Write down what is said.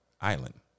Island